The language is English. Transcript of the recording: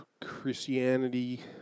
Christianity